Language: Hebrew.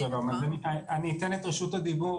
אתן את רשות הדיבור,